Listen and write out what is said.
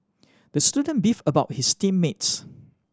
the student beefed about his team mates